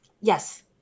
Yes